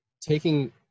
taking